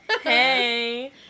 hey